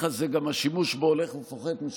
השימוש בהליך הזה גם הולך ופוחת,